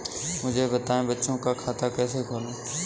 मुझे बताएँ बच्चों का खाता कैसे खोलें?